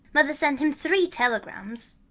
mother's sent him three telegrams.